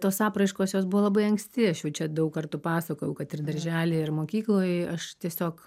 tos apraiškos jos buvo labai anksti aš jau čia daug kartų pasakojau kad ir daržely ir mokykloj aš tiesiog